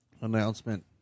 announcement